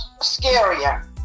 scarier